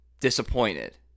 disappointed